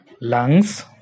lungs